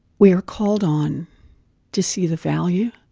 we are called on to see the value